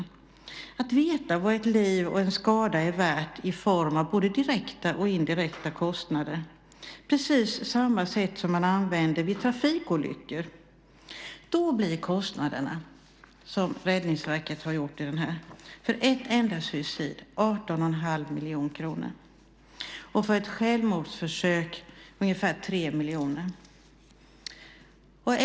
Man bör veta vad ett liv och en skada är värt i form av både direkta och indirekta kostnader på samma sätt som vid trafikolyckor. Den kostnad som Räddningsverket har fått fram i sin analys är då för ett enda suicid 18 1⁄2 miljoner kronor. För ett självmordsförsök är den ungefär 3 miljoner.